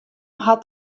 hat